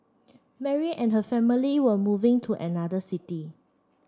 Mary and her family were moving to another city